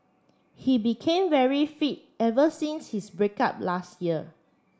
he became very fit ever since his break up last year